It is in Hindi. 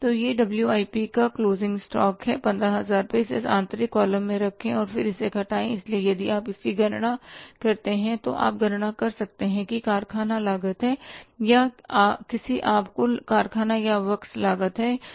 तो यह WIP का क्लोजिंग स्टॉक है 15000 है इसे सीधे आंतरिक कॉलम में रखें और फिर इसे घटाएं इसलिए यदि आप इसकी गणना करते हैं तो आप गणना कर सकते हैं कि कारखानावर्कस लागत है या किसी आप कुल कारखाना या वर्कस लागत कहते हैं